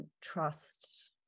trust